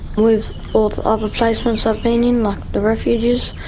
with all the other placements i've been in, like the refuges,